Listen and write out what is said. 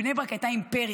בני ברק הייתה אימפריה,